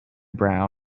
brown